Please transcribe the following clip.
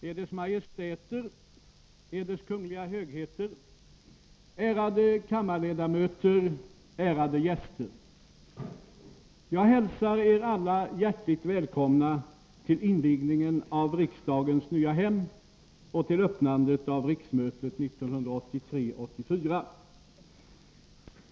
Eders Majestäter, Eders Kungliga Högheter, ärade kammarledamöter, ärade gäster! Jag hälsar er alla hjärtligt välkomna till invigningen av riksdagens nya hem och till öppnandet av riksmötet 1983/84.